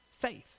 faith